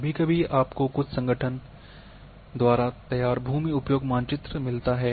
कभी कभी आपको कुछ संगठन संगठनों द्वारा तैयार भूमि उपयोग मानचित्र मिलता है